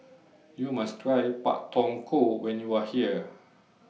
YOU must Try Pak Thong Ko when YOU Are here